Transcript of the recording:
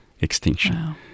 extinction